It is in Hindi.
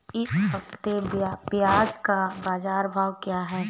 इस हफ्ते प्याज़ का बाज़ार भाव क्या है?